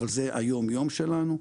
אבל זה היום יום שלנו.